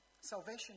Salvation